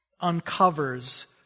uncovers